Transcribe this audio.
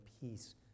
peace